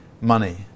money